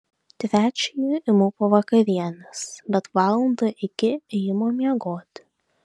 trečiąjį imu po vakarienės bet valandą iki ėjimo miegoti